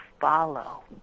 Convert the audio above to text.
follow